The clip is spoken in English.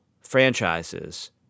franchises